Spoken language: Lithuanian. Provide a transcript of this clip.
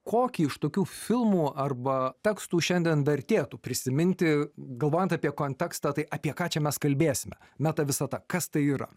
kokį iš tokių filmų arba tekstų šiandien vertėtų prisiminti galvojant apie kontekstą tai apie ką čia mes kalbėsime meta visata kas tai yra